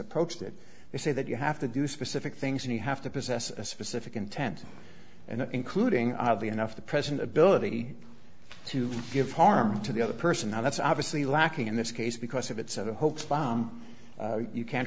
it they say that you have to do specific things and you have to possess a specific intent and including oddly enough the present ability to give harm to the other person that's obviously lacking in this case because if it's a hoax bomb you can't